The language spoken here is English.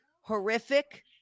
horrific